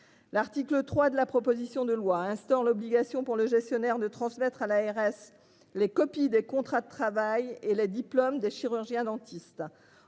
L'article 3 de la proposition de loi instaure l'obligation pour le gestionnaire de transmettre à l'ARS. Les copies des contrats de travail et les diplômes des chirurgiens dentistes.